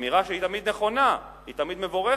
אמירה שהיא תמיד נכונה, היא תמיד מבורכת,